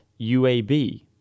UAB